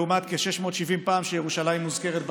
לעומת כ-670 פעם שירושלים מוזכרת בתנ"ך.